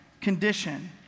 condition